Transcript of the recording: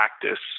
practice